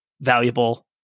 valuable